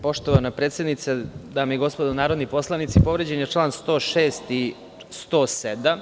Poštovana predsednice, dame i gospodo narodni poslanici, povređeni su čl. 106. i 107.